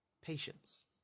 patience